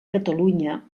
catalunya